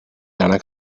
lana